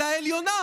"על העליונה.